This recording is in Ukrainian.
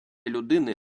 людини